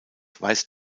weist